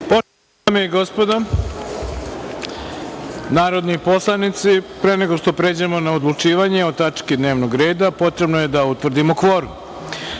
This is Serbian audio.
Poštovane dame i gospodo narodni poslanici, pre nego što pređemo na odlučivanje o tački dnevnog reda, potrebno je da utvrdimo